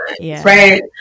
right